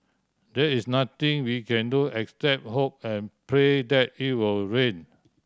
there is nothing we can do except hope and pray that it will rain